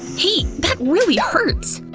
hey! that really hurts!